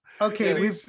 okay